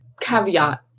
caveat